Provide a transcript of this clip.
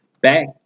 back